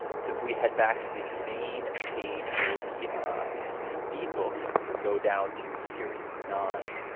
so if we head back to the main page for the deed books, we'll go down to series nine.